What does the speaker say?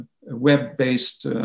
web-based